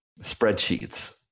Spreadsheets